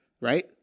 right